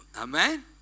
Amen